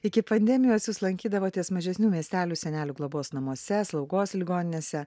iki pandemijos jūs lankydavotės mažesnių miestelių senelių globos namuose slaugos ligoninėse